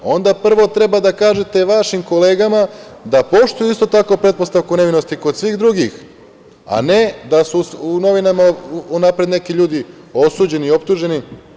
Onda prvo treba da kažete vašim kolegama da poštuju isto tako pretpostavku nevinosti kod svih drugih, a ne da su u novinama unapred neki ljudi osuđeni i optuženi.